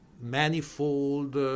manifold